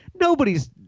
nobody's